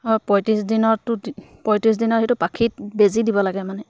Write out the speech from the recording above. অঁ পঁয়ত্ৰিছ দিনৰটো পঁয়ত্ৰিছ দিনৰ সেইটো পাখিত বেজী দিব লাগে মানে